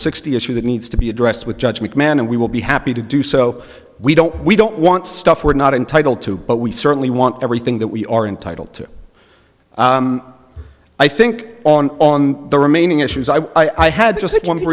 sixty issue that needs to be addressed with judge mcmahon and we will be happy to do so we don't we don't want stuff we're not entitled to but we certainly want everything that we are entitled to i think on the remaining issues i i had just